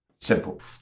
simple